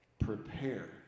prepare